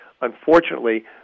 unfortunately